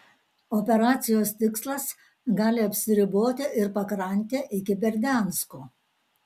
operacijos tikslas gali apsiriboti ir pakrante iki berdiansko